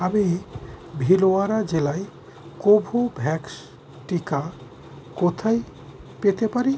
আমি ভিলওয়ারা জেলায় কোভোভ্যাক্স টিকা কোথায় পেতে পারি